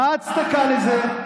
מה ההצדקה לזה?